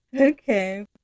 Okay